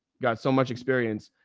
got so much experience.